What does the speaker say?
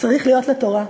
צריך להיות לתורה.